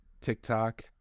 TikTok